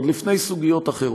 עוד לפני סוגיות אחרות.